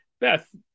Beth